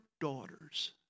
daughters